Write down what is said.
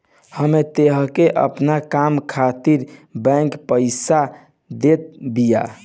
एमे तोहके अपन काम खातिर बैंक पईसा देत बिया